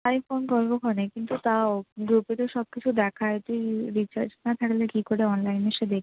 আরে ফোন করবো খনে কিন্তু তাও গ্রুপে তো সব কিছু দেখায় তুই রিচার্জ না থাকলে কী করে অনলাইন এসে দেখবি